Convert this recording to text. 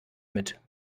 mit